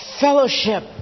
fellowship